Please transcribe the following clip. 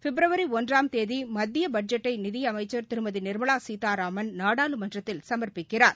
பிப்ரவரிஒன்றாம் தேதிமத்தியடட்ஜெட்டைநிதிஅமைச்சர் திருமதிநிர்மலாசீதாராமன் நாடாளுமன்றத்தில் சமர்ப்பிக்கிறார்